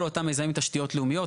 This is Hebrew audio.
כל אותם מיזמי תשתיות לאומיות.